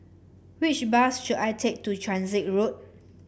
which bus should I take to Transit Road